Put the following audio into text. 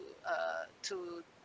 to uh to